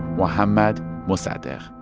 mohammad mossadegh